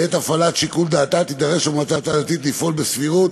בעת הפעלת שיקול דעתה תידרש המועצה הדתית לפעול בסבירות,